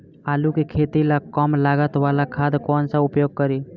आलू के खेती ला कम लागत वाला खाद कौन सा उपयोग करी?